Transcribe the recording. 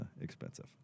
expensive